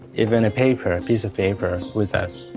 even a paper, a piece of paper with us,